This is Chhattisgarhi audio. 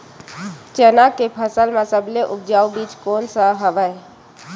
चना के फसल म सबले उपजाऊ बीज कोन स हवय?